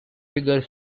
figure